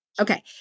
Okay